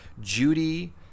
Judy